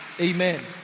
Amen